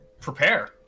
Prepare